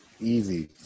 Easy